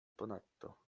ponadto